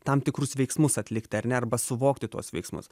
tam tikrus veiksmus atlikti ar ne arba suvokti tuos veiksmus